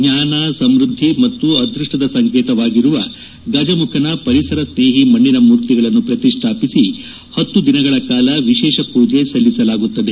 ಜ್ಞಾನ ಸಮ್ಬದ್ದಿ ಮತ್ತು ಅದ್ವಷ್ಪದ ಸಂಕೇತವಾಗಿರುವ ಗಜಮುಖನ ಪರಿಸರ ಸ್ನೇಹಿ ಮಣ್ಣಿನ ಮೂರ್ತಿಗಳನ್ನು ಪ್ರತಿಷ್ಠಾಪಿಸಿ ಹತ್ತು ದಿನಗಳ ಕಾಲ ವಿಶೇಷ ಪೊಜೆ ಸಲ್ಲಿಸಲಾಗುತ್ತದೆ